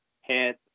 head